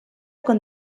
con